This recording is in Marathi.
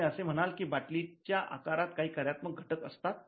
तुम्ही असे म्हणाल की बाटली च्या आकारात काही कार्यात्मक घटक असतात